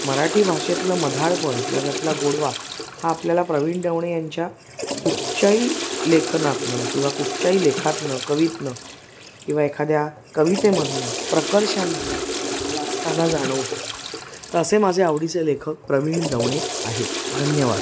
मराठी भाषेतील मधाळपण किंवा त्यातला गोडवा हा आपल्याला प्रवीण दवणे यांच्या कुठच्याही लेखनातून किंवा कुठच्याही लेखातून कवितनं किंवा एखाद्या कवितेमधून प्रकर्षाने वाचताना जाणवतो तर असे माझे आवडीचे लेखक प्रवीण दवणे आहेत धन्यवाद